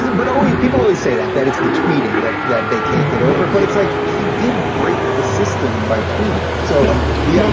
but people always say that, that it's the tweeting that that they can't get over, but it's like, he did break the system by tweeting, so the ah